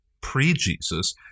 pre-Jesus